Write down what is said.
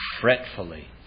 fretfully